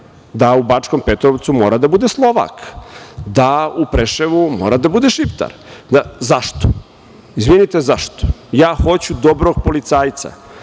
da u Bačkom Petrovcu mora da bude Slovak, da u Preševu mora da bude Šiptar. Zašto? Izvinite, zašto? Ja hoću dobrog policajca